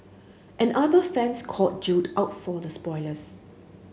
and other fans called Jill out for the spoilers